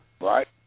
Right